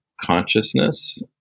consciousness